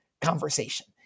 conversation